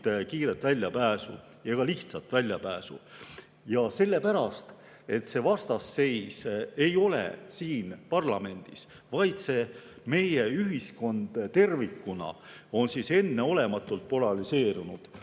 kiiret ega lihtsat väljapääsu. Sellepärast, et vastasseis ei ole siin parlamendis, vaid meie ühiskond tervikuna on enneolematult polariseerunud.